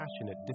passionate